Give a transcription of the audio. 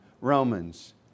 Romans